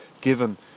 given